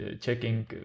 Checking